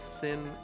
thin